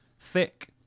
thick